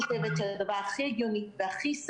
הייתי שמחה לתת עוד כמה נקודות שאני חושבת שחבריי לא העלו